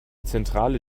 zentrale